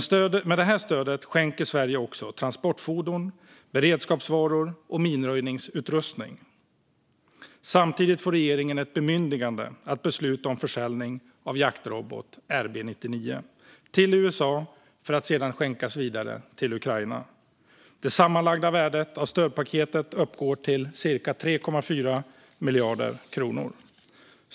Stödet innebär också att Sverige skänker transportfordon, beredskapsvaror och minröjningsutrustning. Samtidigt får regeringen ett bemyndigande att besluta om försäljning av jaktrobot Rb 99 till USA, som sedan ska skänkas vidare till Ukraina. Det sammanlagda värdet av stödpaketet uppgår till cirka 3,4 miljarder kronor.